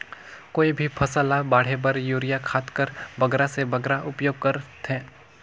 कोई भी फसल ल बाढ़े बर युरिया खाद कर बगरा से बगरा उपयोग कर थें?